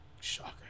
Shocker